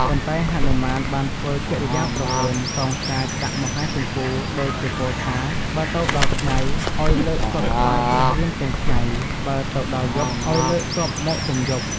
ប៉ុន្តែហនុមានបានធ្វើកិរិយាព្រហើន កោងកាចដាក់មហាជម្ពូដូចជាពោលថា បើទៅដល់ថ្ងៃ ឱ្យលើកទ័ពថ្វាយព្រះរាមទាំងថ្ងៃ បើទៅដល់យប់អោយលើកទ័ពមកទាំងយប់។